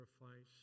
sacrifice